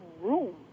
room